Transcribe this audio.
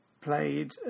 played